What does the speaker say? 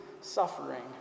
suffering